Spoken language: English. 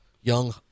young